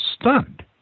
stunned